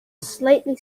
slightly